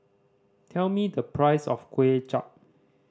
tell me the price of Kuay Chap